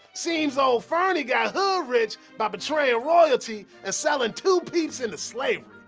seems ol ferny got hood rich by betraying royalty and sellin two peeps in to slavery.